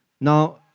Now